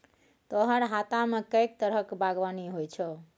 तोहर हातामे कैक तरहक बागवानी होए छौ